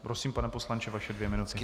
Prosím, pane poslanče, vaše dvě minuty.